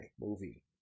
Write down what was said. movie